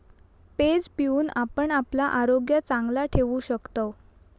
page पिऊन आपण आपला आरोग्य चांगला ठेवू शकतव